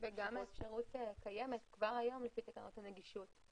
וגם האפשרות קיימת כבר היום לפי תקנות הנגישות.